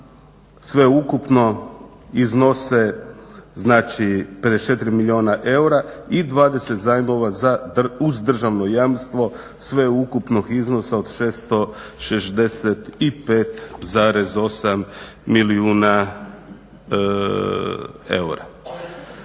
Sveukupno iznose znači 54 milijuna eura i 20 zajmova uz državno jamstvo, sveukupnog iznosa od 665,8 milijuna eura.